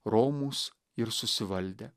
romūs ir susivaldę